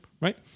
right